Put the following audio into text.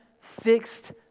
fixed